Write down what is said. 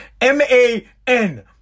M-A-N